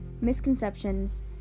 misconceptions